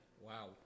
Wow